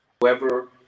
whoever